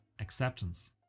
acceptance